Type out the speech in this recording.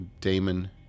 Damon